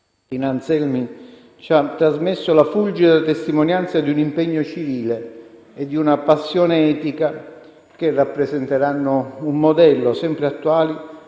Anselmi ci ha trasmesso la fulgida testimonianza di un impegno civile e di una passione etica, che rappresenteranno un modello sempre attuale